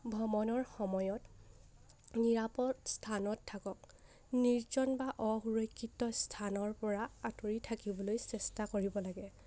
ভ্ৰমণৰ সময়ত নিৰাপদ স্থানত থাকক নিৰ্জন বা অসুৰক্ষিত স্থানৰ পৰা আঁতৰি থাকিবলৈ চেষ্টা কৰিব লাগে